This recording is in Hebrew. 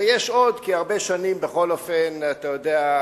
ויש עוד, כי הרבה שנים, בכל אופן, אתה יודע,